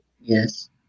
Yes